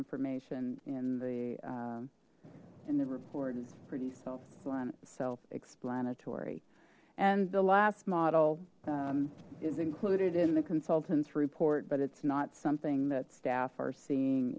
information in the in the report is pretty self aligned self explanatory and the last model is included in the consultants report but it's not something that staff are seeing